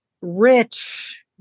rich